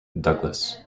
douglas